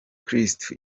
kristu